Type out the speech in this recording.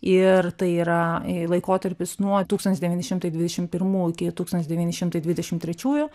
ir tai yra laikotarpis nuo tūkstantis devyni šimtai dvidešimt pirmų iki tūkstantis devyni šimtai dvidešimt trečiųjų